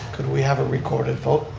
could we have a recorded vote?